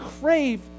crave